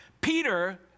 Peter